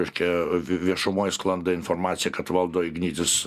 reiškia vi viešumoj sklando informacija kad valdo ignitis